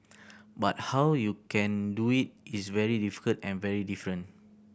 but how you can do it is very difficult and very different